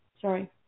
Sorry